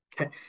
Okay